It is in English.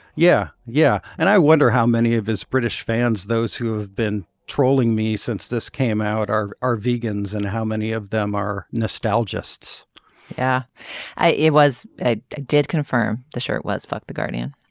yeah yeah and i wonder how many of his british fans those who have been trolling me since this came out are are vegans and how many of them are nostalgia ists yeah i it was it ah did confirm the shirt was fuck the guardian.